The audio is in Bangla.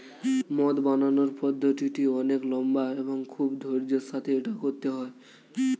মদ বানানোর পদ্ধতিটি অনেক লম্বা এবং খুব ধৈর্য্যের সাথে এটা করতে হয়